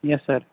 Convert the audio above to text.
yes sir